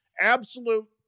Absolute